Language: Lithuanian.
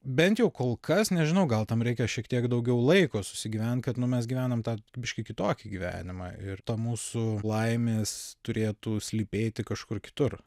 bent jau kol kas nežinau gal tam reikia šiek tiek daugiau laiko susigyvent kad nu mes gyvenam tą biškį kitokį gyvenimą ir to mūsų laimės turėtų slypėti kažkur kitur